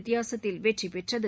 வித்தியாசத்தில் வெற்றி பெற்றது